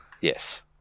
Yes